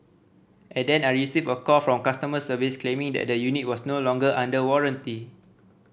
and then I received a call from customer service claiming that the unit was no longer under warranty